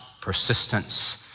persistence